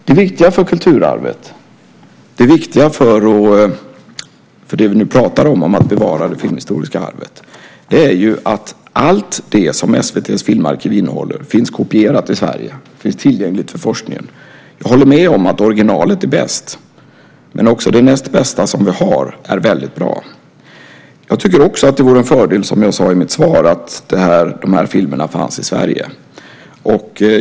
Det viktiga för kulturarvet och det vi nu pratar om, att bevara det filmhistoriska arvet, är att allt det som SVT:s filmarkiv innehåller finns kopierat i Sverige. Det finns tillgängligt för forskningen. Jag håller med om att originalet är bäst, men också det näst bästa som vi har är väldigt bra. Jag tycker också att det vore en fördel, som jag sade i mitt svar, om de här filmerna fanns i Sverige.